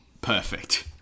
perfect